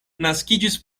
naskiĝis